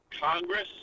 Congress